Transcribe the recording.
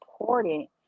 important